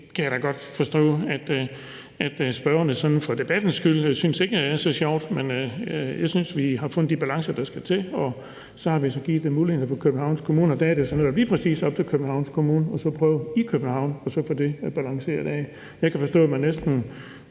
Det kan jeg da godt forstå at spørgerne sådan for debattens skyld ikke synes er så sjovt, men jeg synes, vi har fundet de balancer, der skal til, og vi har så givet mulighederne for Københavns Kommune, og der er det jo så netop lige præcis op til Københavns Kommune at prøve det i København og så få det balanceret af. Jeg kan forstå, at man ikke